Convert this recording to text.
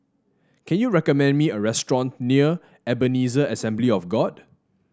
can you recommend me a restaurant near Ebenezer Assembly of God